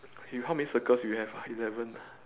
you how many circles you have ah eleven ah